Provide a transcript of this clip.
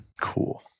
Cool